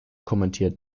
kommentiert